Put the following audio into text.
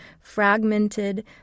fragmented